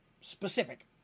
specific